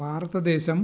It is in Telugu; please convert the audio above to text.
భారత దేశం